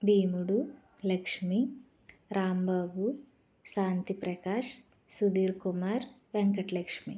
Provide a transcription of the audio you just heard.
Bheemudu Lakshmi Rambabu Shanti Prakash Sudheer Kumar Venkatalakshmi